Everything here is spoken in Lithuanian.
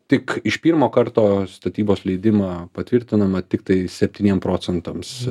tik iš pirmo karto statybos leidimą patvirtinama tiktai septyniem procentams